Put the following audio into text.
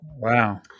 Wow